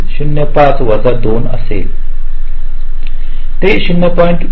05 वजा 2 असेल ते 0